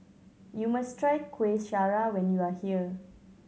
you must try Kueh Syara when you are here